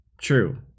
True